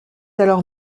alors